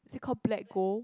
is it called Black Gold